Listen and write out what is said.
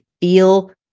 feel